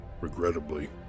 regrettably